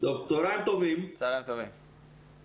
בקשה לכך שרוצים להפוך אותם חזרה לבחינה חיצונית שהמכתב יכתוב.